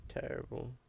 terrible